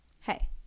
Hey